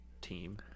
team